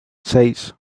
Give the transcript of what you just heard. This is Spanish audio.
seis